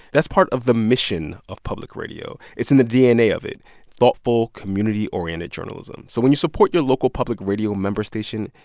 that's part of the mission of public radio. it's in the dna of it thoughtful, community-oriented journalism. so when you support your local public radio member station,